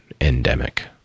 endemic